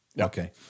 Okay